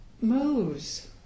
moves